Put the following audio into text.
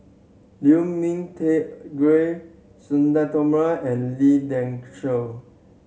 Liu Ming Teh Agree Sudhir Thoma and Lee Dai Soh